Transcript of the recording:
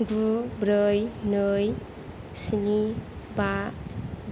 गु ब्रै नै स्नि बा